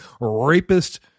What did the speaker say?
Rapist